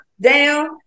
down